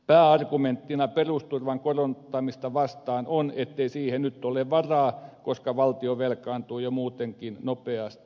pääargumenttina perusturvan korottamista vastaan on ettei siihen nyt ole varaa koska valtio velkaantui jo muutenkin nopeasti